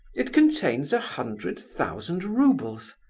it contains a hundred thousand roubles.